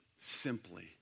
simply